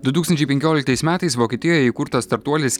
du tūkstančiai penkioliktais metais vokietijoje įkurtas startuolis